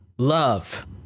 love